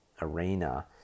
arena